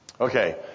Okay